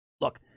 Look